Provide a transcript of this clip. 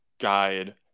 guide